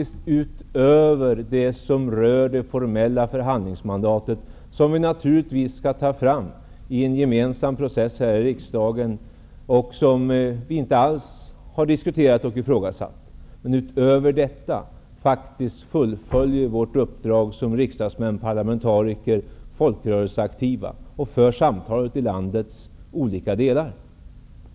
Det rör inte bara det formella förhandlingsmandatet, som vi naturligtvis skall ta fram i en gemensam process här i riksdagen, och som vi inte alls har diskuterat och ifrågasatt. Därutöver måste vi också fullfölja våra uppdrag som riksdagsmän, parlamentariker och folkrörelseaktiva, och föra samtal ute i landets olika delar.